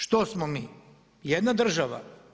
Što smo mi jedna država?